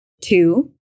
Two